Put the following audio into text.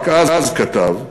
רק אז, כתב,